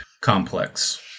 complex